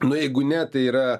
nu jeigu ne tai yra